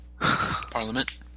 Parliament